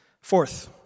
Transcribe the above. Fourth